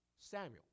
Samuel